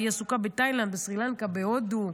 היא עסוקה בתאילנד, בסרי לנקה, בהודו.